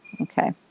okay